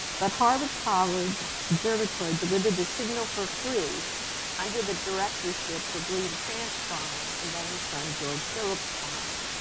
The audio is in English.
but harvard college observatory delivered the signal for free under the directorships of william cranch bond and then his son george phillips bond.